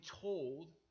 told